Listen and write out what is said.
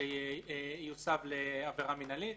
שיוסב לעבירה מינהלית,